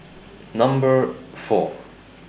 Number four